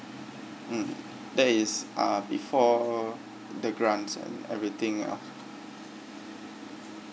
mm that is uh before the grants and everything after